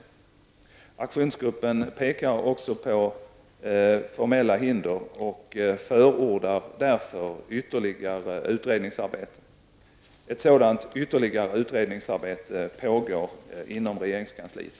Aktionsgruppen pekar också på formella hinder och förordar därför ytterligare utredning. Ett sådant ytterligare utredningsarbete pågår inom regeringskansliet.